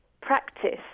practice